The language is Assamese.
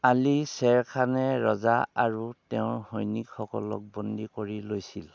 আলি শ্বেৰ খানে ৰজা আৰু তেওঁৰ সৈনিকসকলক বন্দী কৰি লৈছিল